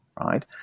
right